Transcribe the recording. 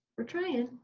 we're trying.